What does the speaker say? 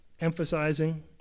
emphasizing